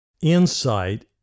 insight